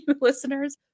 listeners